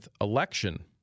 election